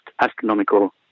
astronomical